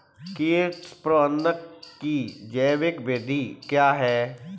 कीट प्रबंधक की जैविक विधि क्या है?